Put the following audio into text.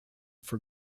for